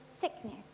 sickness